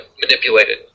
manipulated